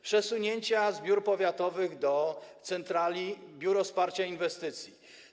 Przesunięcia z biur powiatowych do centrali, biuro wsparcia inwestycji.